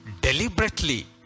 deliberately